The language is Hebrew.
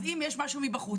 אז אם יש משהו מבחוץ,